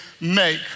make